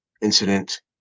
incident